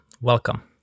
Welcome